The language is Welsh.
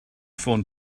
ffôn